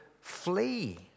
flee